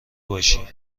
باشی